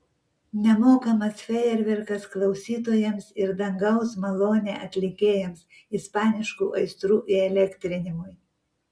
nemokamas fejerverkas klausytojams ir dangaus malonė atlikėjams ispaniškų aistrų įelektrinimui